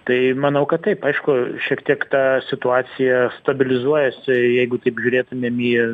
tai manau kad taip aišku šiek tiek ta situacija stabilizuojasi jeigu taip žiūrėtumėm į